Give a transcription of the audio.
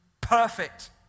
perfect